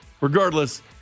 Regardless